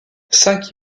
cinq